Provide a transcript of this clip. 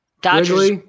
Dodgers